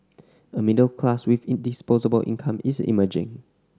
a middle class with in disposable income is emerging